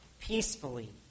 peacefully